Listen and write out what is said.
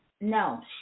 No